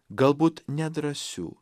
galbūt nedrąsiu